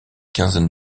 quinzaine